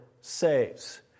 saves